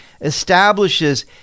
establishes